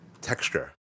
texture